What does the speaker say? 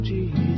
Jesus